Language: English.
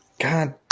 God